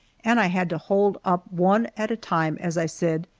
and i had to hold up one at a time as i said,